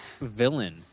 villain